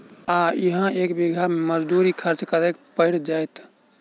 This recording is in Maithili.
आ इहा एक बीघा मे मजदूरी खर्च कतेक पएर जेतय?